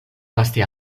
vaste